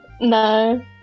No